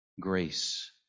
Grace